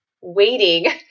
waiting